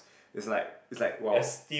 is like is like !wow!